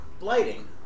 lighting